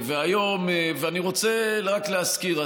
ואני רוצה רק להזכיר,